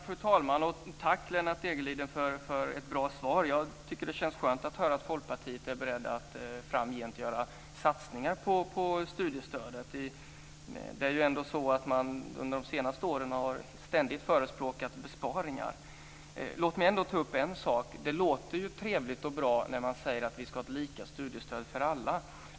Fru talman! Tack, Lennart Degerliden, för ett bra svar. Jag tycker att det känns bra att höra att Folkpartiet är berett att framgent göra satsningar på studiestödet. Under de senaste åren har man ändå ständigt förespråkat besparingar. Låt mig bara ta upp en sak. Det låter trevligt och bra när man säger att vi ska ha lika studiestöd för alla.